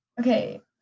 Okay